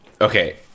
Okay